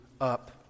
up